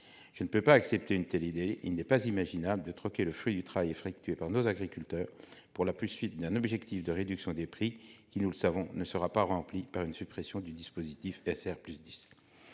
Je ne peux m'y résoudre. Il n'est pas imaginable de troquer le fruit du travail effectué par nos agriculteurs pour la poursuite d'un objectif de réduction des prix qui, nous le savons, ne sera pas rempli par la suppression du dispositif SRP+10.